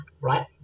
right